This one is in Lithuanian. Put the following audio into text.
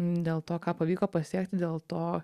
dėl to ką pavyko pasiekti dėl to